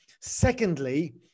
Secondly